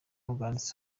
banditse